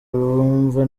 abumva